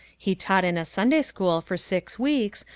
he taught in a sunday school for six weeks,